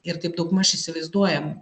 ir taip daugmaž įsivaizduojam